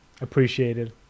appreciated